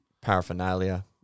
paraphernalia